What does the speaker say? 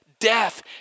death